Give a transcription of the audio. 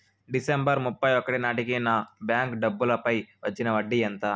December ముప్పై ఒకటి నాటేకి నా బ్యాంకు డబ్బుల పై వచ్చిన వడ్డీ ఎంత?